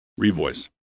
Revoice